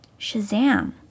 Shazam